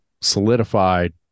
solidified